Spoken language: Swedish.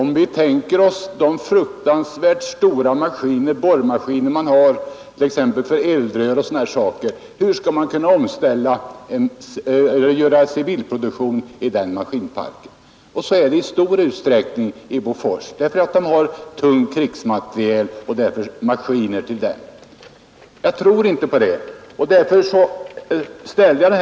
Hur skall man kunna inrikta sig på civilproduktion med t.ex. de fruktansvärt stora borrmaskiner man har för eldrör? Och så är det i stor utsträckning i Bofors. Man tillverkar tung krigsmateriel och har därför maskiner som är avsedda för den. Jag tror alltså inte på en sådan omställning av produktionen.